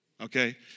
Okay